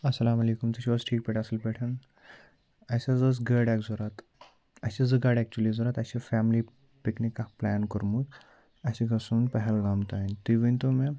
اَسلام علیکُم تُہۍ چھُو حظ ٹھیٖک پٲٹھۍ اَصٕل پٲٹھۍ اَسہِ حظ ٲس گٲڑۍ اَکھ ضوٚرَتھ اَسہِ چھِ زٕ گاڑِ ایٚکچُوٕلی ضوٚرَتھ اَسہِ چھِ فیملی پِکنِک اَکھ پٕلین کوٚرمُت اَسہِ چھِ گژھُن پہلگام تام تُہۍ ؤنۍتو مےٚ